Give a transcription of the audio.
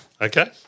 okay